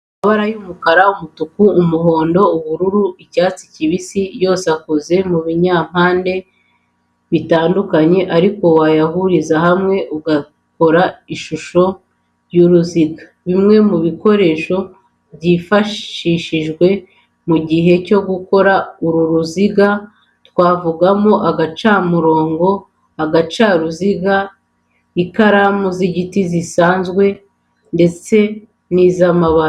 Amabara y'umukara, umutuku, umuhondo, ubururu, icyatsi kibisi yose akoze mu binyampande bitandukanye ariko wayahuriza hamwe agakora ishusho y'uruziga. Bimwe mu bikoresho byifashishijwe mu gihe cyo gukora uru ruziga, twavugamo nk'agacamurongo, agacaruziga, ikaramu z'igiti zisanzwe ndetse n'iz'amabara.